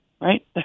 right